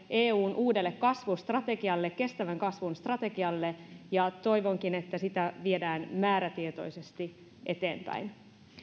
eun uudelle kasvustrategialle kestävän kasvun strategialle ja toivonkin että sitä viedään määrätietoisesti eteenpäin